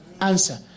answer